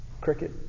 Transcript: Cricket